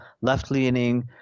left-leaning